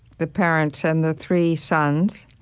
the parents and the three sons,